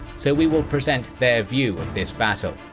so we will present their view of this battle.